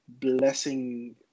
blessing